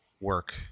work